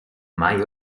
mai